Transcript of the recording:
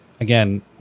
again